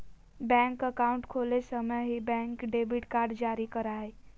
bank account खोले समय ही, बैंक डेबिट कार्ड जारी करा हइ